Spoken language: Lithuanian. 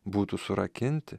būtų surakinti